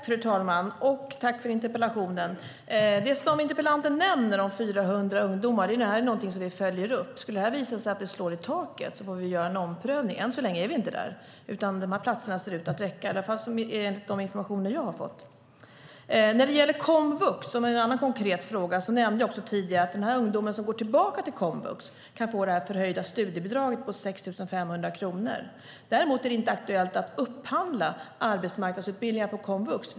Fru talman! Tack för interpellationen! Interpellanten nämner 400 ungdomar. Det är någonting som vi följer upp. Skulle det visa sig att det slår i taket får vi göra en omprövning. Än så länge är vi inte där, utan de här platserna ser ut att räcka, i alla fall enligt de informationer jag har fått. Komvux är en annan konkret fråga. Jag nämnde tidigare att de ungdomar som går tillbaka till komvux kan få det förhöjda studiebidraget på 6 500 kronor. Däremot är det inte aktuellt att upphandla arbetsmarknadsutbildningar på komvux.